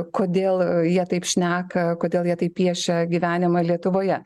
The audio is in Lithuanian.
kodėl jie taip šneka kodėl jie taip piešia gyvenimą lietuvoje